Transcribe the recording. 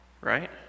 Right